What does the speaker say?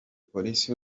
polisi